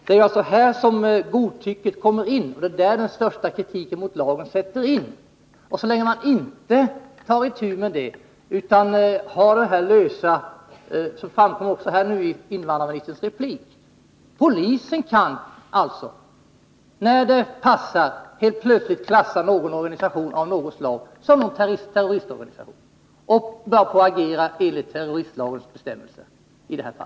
Det är här godtycket kommer in, och det är det som kritiken i första hand gäller. Polisen kan alltså, som framgår av invandrarministerns replik, när det passar helt plötsligt klassa någon organisation som en terroristorganisation och börja agera enligt terroristlagens bestämmelser.